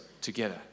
together